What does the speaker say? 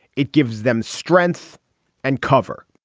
it gives them strength and cover